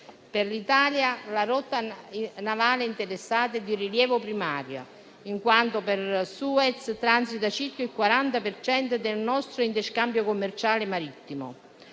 Per l'Italia, la rotta navale interessata è di rilievo primario, in quanto per Suez transita circa il 40 per cento del nostro interscambio commerciale marittimo.